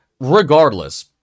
Regardless